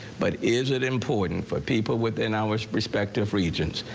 but is it important for people within our respective regions,